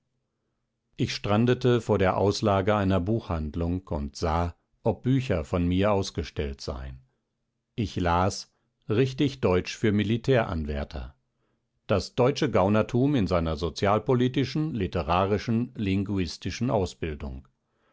ich strandete vor der auslage einer buchhandlung und sah ob bücher von mir ausgestellt seien ich las richtig deutsch für militäranwärter das deutsche gaunertum in seiner sozialpolitischen literarischen linguistischen ausbildung